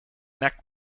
neck